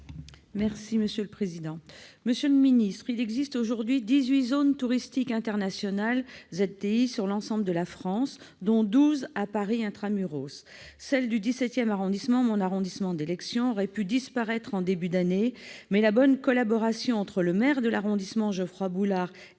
M. le ministre de l'économie et des finances. Il existe aujourd'hui dix-huit zones touristiques internationales- ZTI -sur l'ensemble de la France, dont douze à Paris intra-muros. Celle du 17 arrondissement- mon arrondissement d'élection -aurait pu disparaître en début d'année, mais la bonne collaboration entre le maire de l'arrondissement, Geoffroy Boulard,